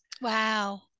Wow